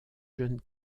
jeunes